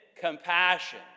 compassion